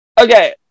okay